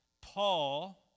Paul